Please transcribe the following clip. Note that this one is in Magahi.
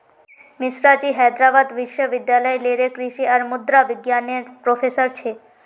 मिश्राजी हैदराबाद विश्वविद्यालय लेरे कृषि और मुद्रा विज्ञान नेर प्रोफ़ेसर छे